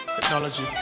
technology